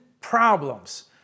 problems